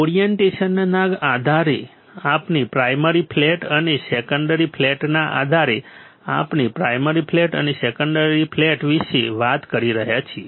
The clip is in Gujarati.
ઓરિએન્ટેશનના આધારે અથવા પ્રાયમરી ફ્લેટ અને સેકન્ડરી ફ્લેટના આધારે આપણે પ્રાયમરી ફ્લેટ અને સેકન્ડરી ફ્લેટ વિશે વાત કરી રહ્યા છીએ